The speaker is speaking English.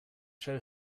show